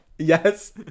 Yes